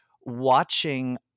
watching